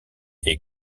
est